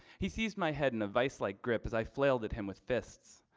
he sees my head in a vise-like grip as i flailed at him with fists,